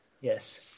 Yes